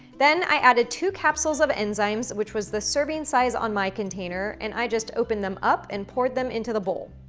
then i added two capsules of enzymes, which was the serving size on my container, and i just opened them up and poured them into the bowl.